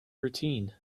routine